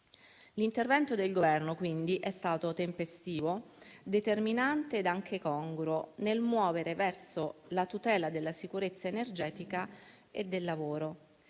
L'intervento del Governo, quindi, è stato tempestivo, determinante e anche congruo nel muovere verso la tutela della sicurezza energetica e del lavoro.